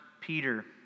Peter